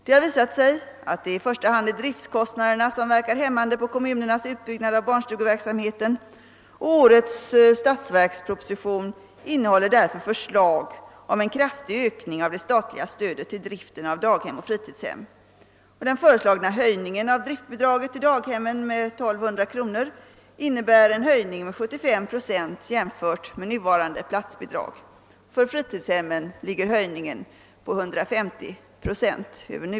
Det har visat sig att i första hand driftkostnaderna verkar hämmande på kommunernas utbyggnad av barnstugeverksamheten, och årets statsverksproposition innehåller därför förslag om en kraftig ökning av det statliga stödet för driften av daghem och fritidshem. Den föreslagna höjningen av driftbidraget till daghemmen med 1 200 kronor innebär en höjning med 75 procent av nuvarande platsbidrag. För fritidshemmens del är höjningen 150 procent.